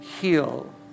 heal